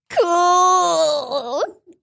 Cool